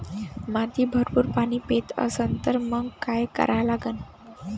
माती भरपूर पाणी पेत असन तर मंग काय करा लागन?